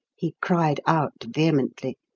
he cried out vehemently.